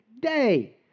day